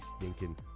stinking